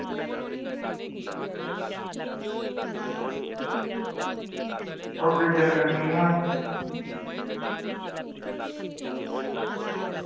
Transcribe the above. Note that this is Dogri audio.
ओह् कोई चक्कर निं ऐ